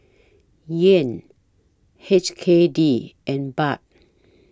Yuan H K D and Baht